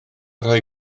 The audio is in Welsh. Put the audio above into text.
rhoi